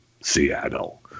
Seattle